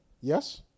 Yes